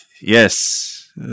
yes